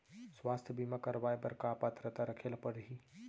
स्वास्थ्य बीमा करवाय बर का पात्रता रखे ल परही?